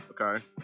Okay